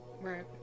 Right